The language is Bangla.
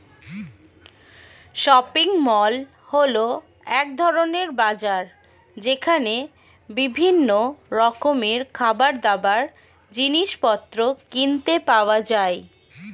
শপিং মল হল এক ধরণের বাজার যেখানে বিভিন্ন রকমের খাবারদাবার, জিনিসপত্র কিনতে পাওয়া যায়